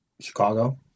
Chicago